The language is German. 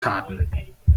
taten